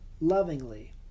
Lovingly